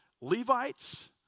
Levites